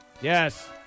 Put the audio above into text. Yes